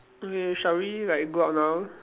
okay shall we like go up now